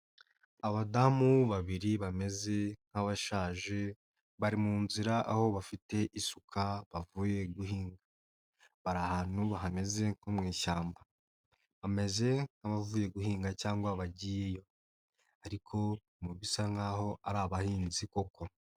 Abadamu babiri bameze nk'abashaje, bari mu nzira, aho bafite isuka bavuye guhinga. Bari ahantu hameze nko mu ishyamba. Bameze nk'abavuye guhinga cyangwa bagiyeyo ariko mu bisa nkaho ari abahinzi koko.